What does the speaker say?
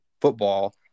football